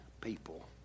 people